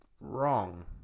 wrong